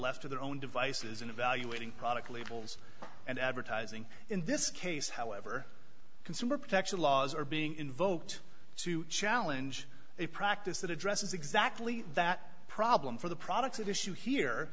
left to their own devices in evaluating product labels and advertising in this case however consumer protection laws are being invoked to challenge a practice that addresses exactly that problem for the products of issue here